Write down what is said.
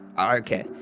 okay